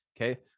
Okay